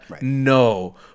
No